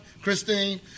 Christine